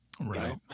Right